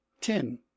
ten